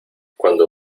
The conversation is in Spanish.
cuando